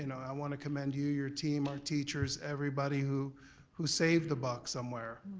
you know i want to commend you, your team, our teachers, everybody who who saved a buck somewhere.